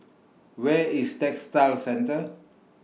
Where IS Textile Centre